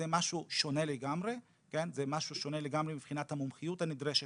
זה משהו שונה לגמרי מבחינת המומחיות הנדרשת,